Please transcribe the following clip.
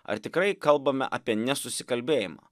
ar tikrai kalbame apie nesusikalbėjimą